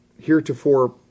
heretofore